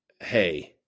Hey